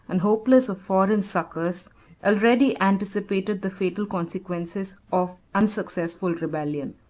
and hopeless of foreign succors already anticipated the fatal consequences of unsuccessful rebellion.